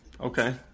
okay